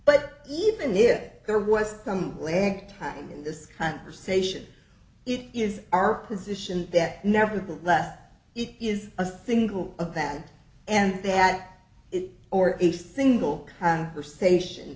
but even if there was some lag time in this conversation it is our position that nevertheless it is a single a bad and that it or a single conversation